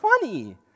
funny